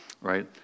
Right